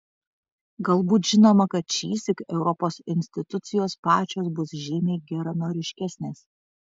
galbūt žinoma kad šįsyk europos institucijos pačios bus žymiai geranoriškesnės